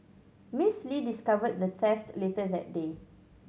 Miss Lee discovered the theft later that day